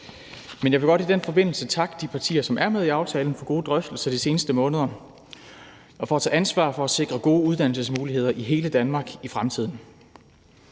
Men jeg vil godt i den forbindelse takke de partier, som er med i aftalen, for gode drøftelser de seneste måneder og for at tage ansvar for at sikre gode uddannelsesmuligheder i hele Danmark i fremtiden.